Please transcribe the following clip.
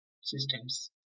systems